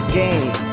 game